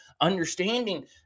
understanding